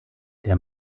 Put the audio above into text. der